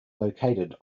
located